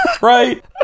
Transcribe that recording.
Right